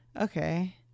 Okay